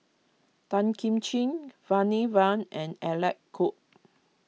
Tan Kim Ching Bani Buang and Alec Kuok